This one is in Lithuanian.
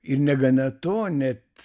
ir negana to net